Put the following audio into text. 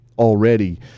already